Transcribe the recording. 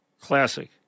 classic